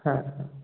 ହଁ ହଁ